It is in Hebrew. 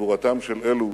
גבורתם של אלו